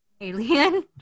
Alien